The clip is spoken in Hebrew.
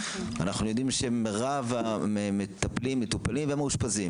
אנחנו יודעים שמרב המטפלים והמטופלים ומאושפזים